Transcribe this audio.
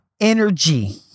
energy